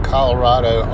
Colorado